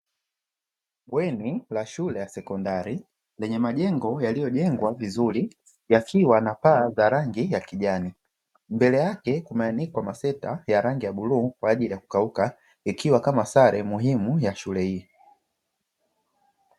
Bweni la shule ya sekondari lenye majengo yaliyojengwa vizuri yakiwa na paa za rangi ya kijani, mbele yake kumeanikwa masweta ya rangi ya bluu kwaajili ya kukauka ikiwa kama sare muhimu ya shule hii.